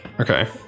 Okay